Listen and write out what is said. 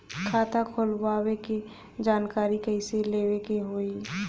खाता खोलवावे के जानकारी कैसे लेवे के होई?